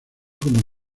como